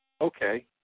Okay